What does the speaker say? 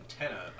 antenna